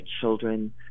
children